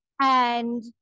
And-